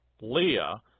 Leah